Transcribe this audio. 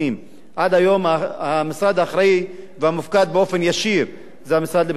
עד היום המשרד האחראי והמופקד באופן ישיר זה המשרד לביטחון פנים,